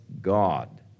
God